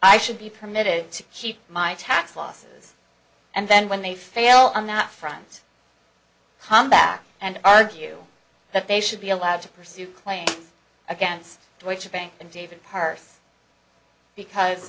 i should be permitted to keep my tax losses and then when they fail on that front come back and argue that they should be allowed to pursue claims against torture bank and david parse because